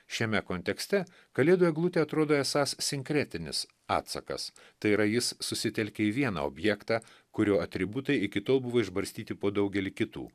šiame kontekste kalėdų eglutė atrodo esąs sinkretinis atsakas tai yra jis susitelkė į vieną objektą kurio atributai iki tol buvo išbarstyti po daugelį kitų